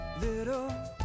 Little